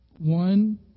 One